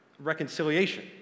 reconciliation